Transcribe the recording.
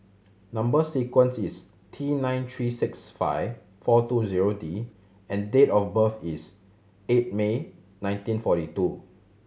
number sequence is T nine three six five four two zero D and date of birth is eight May nineteen forty two